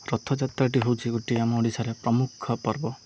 ରର୍ଥଯାତ୍ରାଟି ହେଉଛି ଗୋଟିଏ ଆମ ଓଡ଼ିଶାରେ ପ୍ରମୁଖ ପର୍ବ